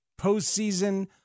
postseason